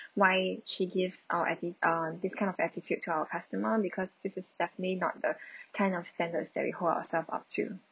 why she give our atti~ uh this kind of attitude to our customers because this is definitely not the kind of standards that we hold ourselves up to